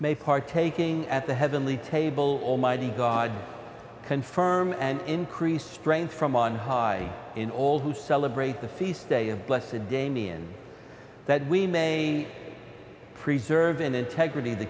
may partaking at the heavenly table almighty god confirm and increase strength from on high in all who celebrate the feast day of blessing damian that we may preserve an integrity